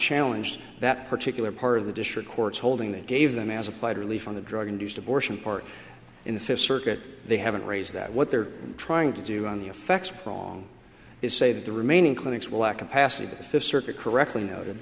challenged that particular part of the district court's holding that gave them as applied relief on the drug induced abortion part in the fifth circuit they haven't raised that what they're trying to do on the effects of song is say that the remaining clinics will ask a pacifist circuit correctly noted